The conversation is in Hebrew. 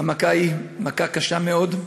המכה היא מכה קשה מאוד,